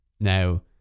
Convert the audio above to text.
Now